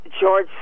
george